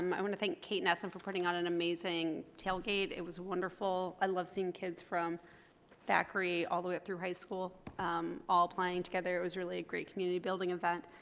um i want to thank kate nessa for putting on an amazing tailgate. it was wonderful. i love seeing kids from thackery all the way up through high school all playing together. it was really a great community building event.